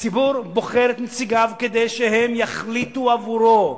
הציבור בוחר את נציגיו כדי שהם יחליטו עבורו,